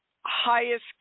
highest